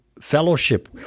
fellowship